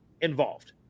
involved